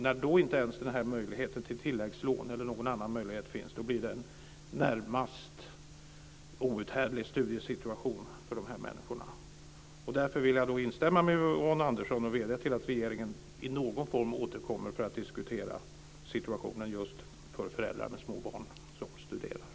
När då inte ens möjligheten till tilläggslån eller någon annan möjlighet finns blir det en närmast outhärdlig studiesituation för de här människorna. Därför vill jag instämma med Yvonne Andersson och vädja till regeringen att i någon form återkomma för att diskutera situationen just för studerande föräldrar med småbarn.